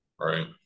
right